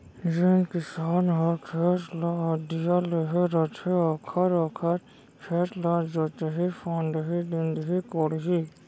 जेन किसान ह खेत ल अधिया लेहे रथे ओहर ओखर खेत ल जोतही फांदही, निंदही कोड़ही